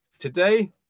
Today